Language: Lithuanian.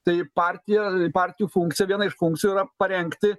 tai partija partijų funkcija viena iš funkcijų yra parengti